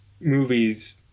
movies